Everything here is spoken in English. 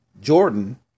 Jordan